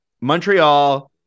Montreal